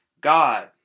God